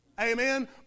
Amen